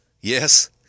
Yes